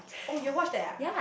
oh you watch that ah